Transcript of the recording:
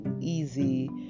easy